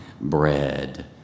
bread